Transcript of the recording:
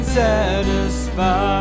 satisfied